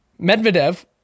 Medvedev